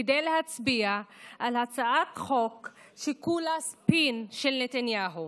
כדי להצביע על הצעת חוק שכולה ספין של נתניהו.